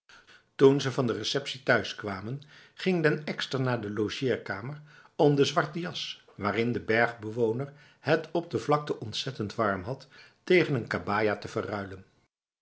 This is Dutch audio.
toen ze van de receptie thuiskwamen ging den ekster naar de logeerkamer om de zwarte jas waarin de bergbewoner het op de vlakte ontzettend warm had tegen n kabaja te verruilen